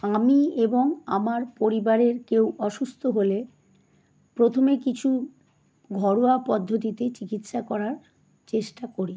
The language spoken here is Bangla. আমি এবং আমার পরিবারের কেউ অসুস্থ হলে প্রথমে কিছু ঘরোয়া পদ্ধতিতেই চিকিৎসা করার চেষ্টা করি